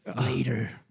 later